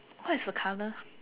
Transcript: what is the colour